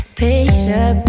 picture